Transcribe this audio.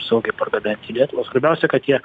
saugiai pargabent į lietuvą svarbiausia kad jie